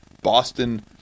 Boston-